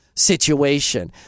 situation